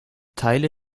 teile